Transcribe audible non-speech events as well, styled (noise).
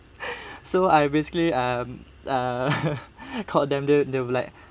(laughs) so I basically um uh (laughs) called them then they'll like